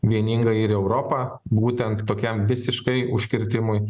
vieninga ir europa būtent tokiam visiškai užkirtimui